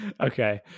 Okay